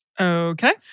Okay